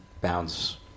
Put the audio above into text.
bounds